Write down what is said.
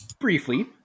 briefly